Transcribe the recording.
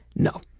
no.